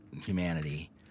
humanity